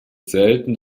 selten